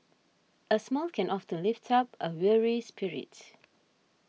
a smile can often lift up a weary spirit